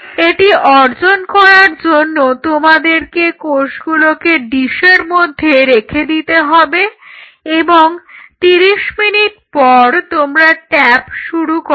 এটি অর্জন করার জন্য তোমাদেরকে কোষগুলোকে ডিসের মধ্যে রেখে দিতে হবে এবং 30 মিনিট পর তোমরা ট্যাপ শুরু করো